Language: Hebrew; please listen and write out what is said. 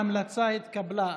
ההמלצה התקבלה.